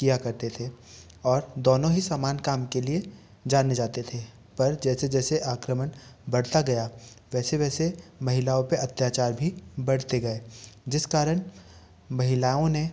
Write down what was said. किया करते थे और दोनों ही समान काम के लिए जाने जाते थे पर जैसे जैसे आक्रमण बढ़ता गया वैसे वैसे महिलाओं पे अत्याचार भी बढ़ते गए जिस कारण महिलाओं ने